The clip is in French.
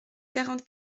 quarante